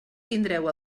tindreu